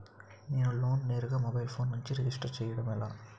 నేను లోన్ నేరుగా mobile phone నుంచి రిజిస్టర్ చేయండి ఎలా?